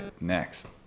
next